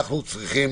אנחנו צריכים